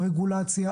הרגולציה,